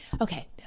Okay